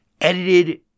edited